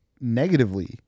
negatively